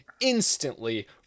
instantly